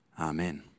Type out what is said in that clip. Amen